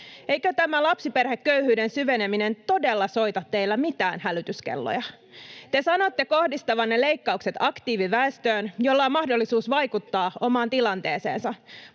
Eikö tämä lapsiperheköyhyyden syveneminen todella soita teillä mitään hälytyskelloja? Te sanotte kohdistavanne leikkaukset aktiiviväestöön, jolla on mahdollisuus vaikuttaa omaan tilanteeseensa,